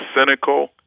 cynical